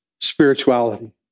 spirituality